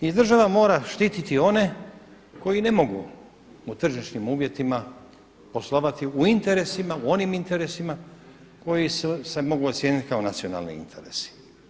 I država mora štititi one koji ne mogu u tržišnim uvjetima poslovati u interesima u onim interesima koji se mogu ocijeniti kao nacionalni interesi.